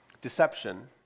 deception